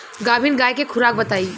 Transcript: गाभिन गाय के खुराक बताई?